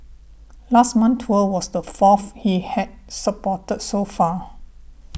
last month's tour was the fourth he has supported so far